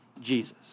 Jesus